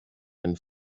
and